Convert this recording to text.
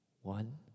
one